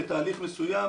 בתהליך מסוים,